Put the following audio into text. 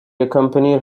accompanied